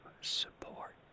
support